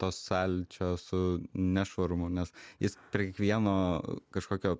to sąlyčio su nešvarumu nes jis prie kiekvieno kažkokio